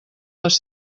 les